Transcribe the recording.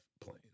plane